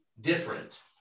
different